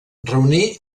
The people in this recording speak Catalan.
reunir